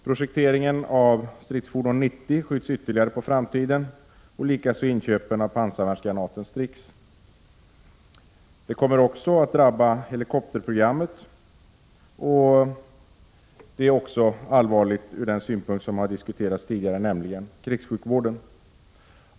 Projekteringen av Stridsfordon 90 skjuts ytterligare på framtiden, likaså inköpen av pansarvärnsgranaten Strix. Helikopterprogrammet kommer också att drabbas, och det är allvarligt från den synpunkt som diskuterats tidigare, nämligen för krigssjukvården.